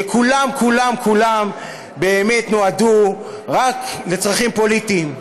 שכולם כולם כולם באמת נועדו רק לצרכים פוליטיים,